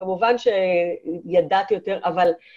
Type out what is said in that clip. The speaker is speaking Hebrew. כמובן שידעת יותר, אבל...